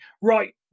right